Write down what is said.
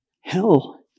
hell